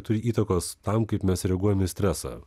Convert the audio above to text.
turi įtakos tam kaip mes reaguojam į stresą